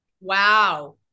Wow